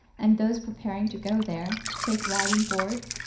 and those preparing to go there, to take writing boards,